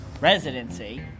Residency